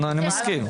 אני מסכים,